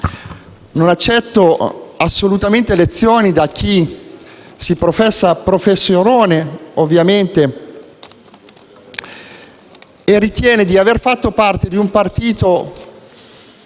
Non accetto assolutamente lezioni da chi si professa "professorone" e ritiene di aver fatto parte di un partito